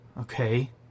Okay